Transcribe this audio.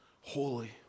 holy